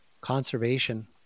conservation